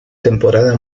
temporada